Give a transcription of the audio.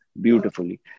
beautifully